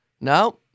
No